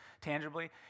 tangibly